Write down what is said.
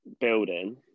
building